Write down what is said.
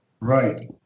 Right